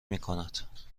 میکند